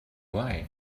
why